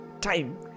time